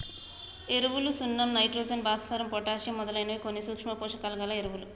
ఎరువులు సున్నం నైట్రోజన్, భాస్వరం, పొటాషియమ్ మొదలైనవి కొన్ని సూక్ష్మ పోషకాలు గల ఎరువులు